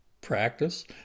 practice